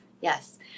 Yes